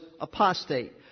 apostate